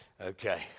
Okay